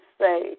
say